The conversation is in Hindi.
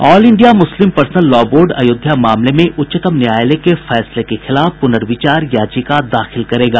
all India Muslim Personal Law Board Ayodhya मामले में उच्चतम न्यायालय के फैसले के खिलाफ पुनर्विचार याचिका दाखिल करेगा